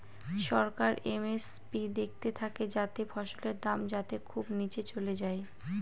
সরকার MSP দেখতে থাকে যাতে ফসলের দাম যাতে খুব নীচে চলে যায়